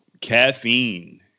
Caffeine